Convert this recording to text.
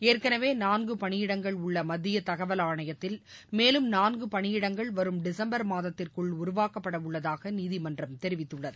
ஏற்கனவே நான்கு பணியிடங்கள் உள்ள மத்திய தகவல் நான்கு பணியிடங்கள் வரும் டிசம்பர் மாதத்திற்குள் உருவாக்கப்படவுள்ளதாக நீதிமன்றம் தெரிவித்துள்ளது